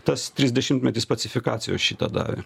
tas trisdešimtmetis pacifikacijos šitą davė